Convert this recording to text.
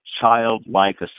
childlike